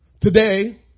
today